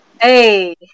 Hey